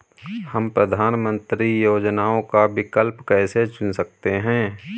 हम प्रधानमंत्री योजनाओं का विकल्प कैसे चुन सकते हैं?